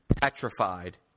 petrified